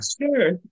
Sure